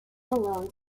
alone